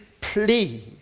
please